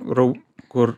rau kur